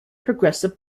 progressive